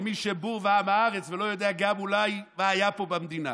למי שבור ועם הארץ ולא יודע גם אולי מה היה פה במדינה,